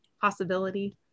possibility